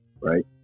right